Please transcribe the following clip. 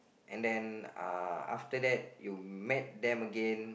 and then uh after that you met them again